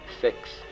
Six